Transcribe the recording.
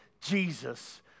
Jesus